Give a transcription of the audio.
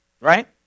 right